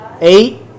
eight